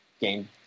game